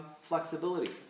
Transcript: flexibility